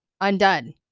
undone